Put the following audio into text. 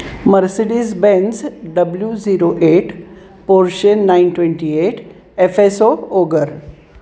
Mercedes Benz W zero eight Porsche nine twenty eight F S O ogre